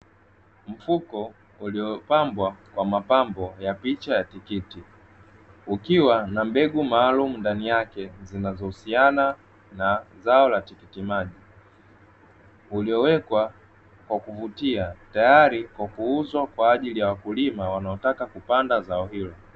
Mfuko uliopambwa kwa mapambo ya picha ya tikiti. Ukiwa na mbegu maalum ndani yake zinazohusiana na zao la tikitimaji. Uliyowekwa kwa kuvutia tayari kwa kuuzwa kwa ajili ya wakulima wanaotaka kupanda zao hilo.